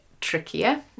trickier